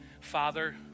father